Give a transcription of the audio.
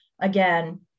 Again